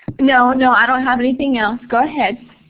no, no. i don't have anything else. go ahead.